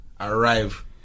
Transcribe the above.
arrive